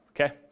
okay